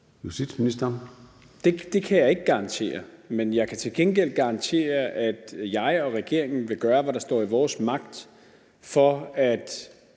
Det kan jeg ikke garantere, men jeg kan til gengæld garantere, at jeg og regeringen vil gøre, hvad der står i vores magt, for at